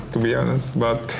to be honest, but